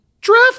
draft